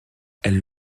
elles